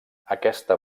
aquesta